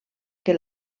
que